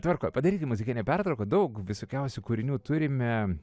tvarkoj padarykim muzikinę pertrauką daug visokiausių kūrinių turime